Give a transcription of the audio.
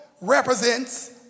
represents